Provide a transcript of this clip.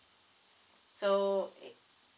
so eight